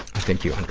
i think you and